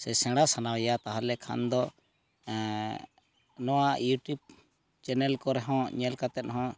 ᱥᱮ ᱥᱮᱬᱟ ᱥᱟᱱᱟᱭᱮᱭᱟ ᱛᱟᱦᱚᱞᱮ ᱠᱷᱟᱱ ᱫᱚ ᱱᱚᱣᱟ ᱤᱭᱩᱴᱤᱭᱩᱵᱽ ᱪᱮᱱᱮᱞ ᱠᱚᱨᱮᱦᱚᱸ ᱧᱮᱞ ᱠᱟᱛᱮᱫ ᱦᱚᱸ